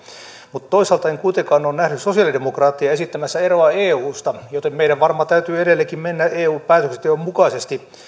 mutta toisaalta en kuitenkaan ole nähnyt sosialidemokraatteja esittämässä eroa eusta joten meidän varmaan täytyy edelleenkin mennä eun päätöksenteon mukaisesti